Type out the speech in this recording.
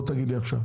בוא תגיד לי עכשיו,